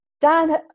dan